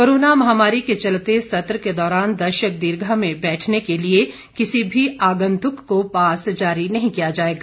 corona महामारी के चलते सत्र के दौरान दर्शक दीर्घा में बैठने के लिए किसी भी आगंतुक को पास जारी नहीं किया जाएगा